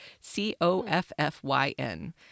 C-O-F-F-Y-N